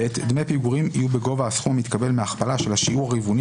דמי פיגורים יהיו בגובה הסכום המתקבל מהכפלה של השיעור הרבעוני